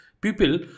people